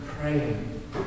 praying